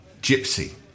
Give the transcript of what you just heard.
Gypsy